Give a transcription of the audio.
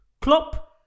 Klopp